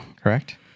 correct